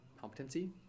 competency